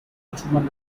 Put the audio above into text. ottoman